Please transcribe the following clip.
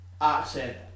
accent